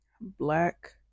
black